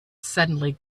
suddenly